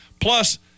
Plus